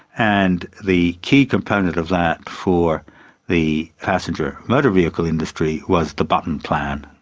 and the key component of that for the passenger motor vehicle industry was the button plan.